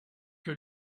que